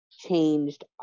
changed